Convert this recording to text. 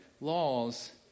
laws